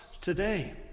today